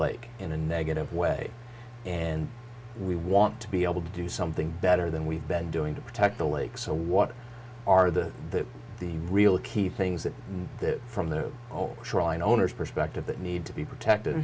lake in a negative way and we want to be able to do something better than we've been doing to protect the lake so what are the the real key things that that from their own shoreline owners perspective that need to be protected